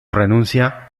renuncia